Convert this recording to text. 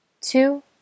two